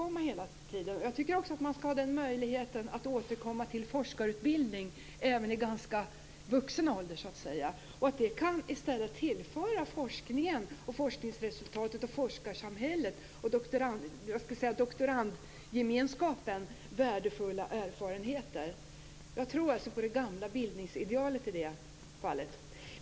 Man skall också ha möjlighet att återkomma till forskarutbildning även i ganska vuxen ålder. Det kan tillföra forskningen, forskningsresultatet, forskarsamhället och doktorandgemenskapen värdefulla erfarenheter. Jag tror alltså på det gamla bildningsidealet i det fallet.